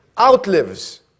outlives